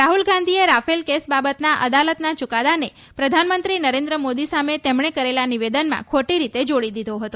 રાહુલગાંધીએ Rafale case બાબતના અદાલતના ચુકાદાને પ્રધાનમંત્રી નરેન્દ્રમોદી સામે તેમને કરેલા નિવેદનમાં ખોટી રીતે જોડી દીધો હતો